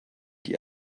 die